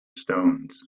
stones